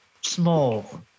small